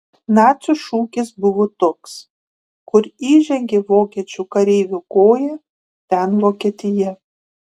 nacių šūkis buvo toks kur įžengė vokiečių kareivio koja ten vokietija